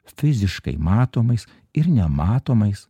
fiziškai matomais ir nematomais